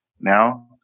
now